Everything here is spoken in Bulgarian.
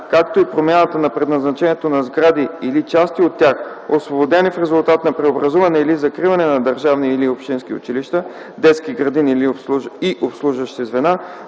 както и промяната на предназначението на сгради или части от тях, освободени в резултат на преобразуване или закриване на държавни или общински училища, детски градини и обслужващи звена,